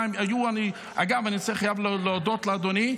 אגב, אני חייב להודות לאדוני.